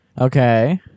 Okay